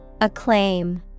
Acclaim